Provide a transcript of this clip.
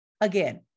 Again